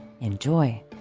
Enjoy